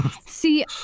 See